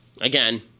Again